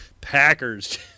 Packers